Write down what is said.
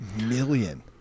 million